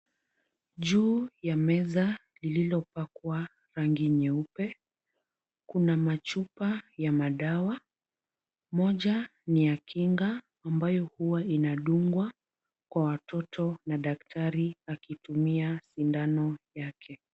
Juu ya meza lililopakwa rangi nyeupe kuna machupa ya madawa. Moja ni ya kinga ambayo huwa inadungwa kwa watoto na daktari akitumia sindano yake.